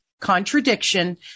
contradiction